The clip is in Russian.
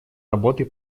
работы